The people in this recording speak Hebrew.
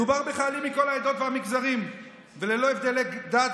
מדובר בחיילים מכל העדות והמגזרים וללא הבדלי דת,